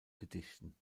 gedichten